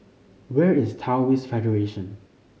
where is Taoist Federation